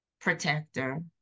protector